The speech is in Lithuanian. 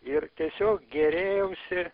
ir tiesiog gėrėjausi